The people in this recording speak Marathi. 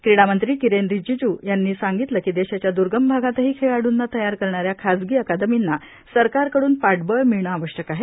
क्रिडा मंत्री किरेन रिजिजू यांनी सांगितलं की देशाच्या द्र्गम भागातही खेळाडूंना तयार करणाऱ्या खासगी अकादमींना सरकारकडून पाठबळ मिळणं आवश्यक आहे